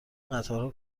قطارها